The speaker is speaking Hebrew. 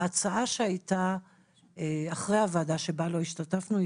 ההצעה שהיתה אחרי הוועדה שבה לא השתתפנו,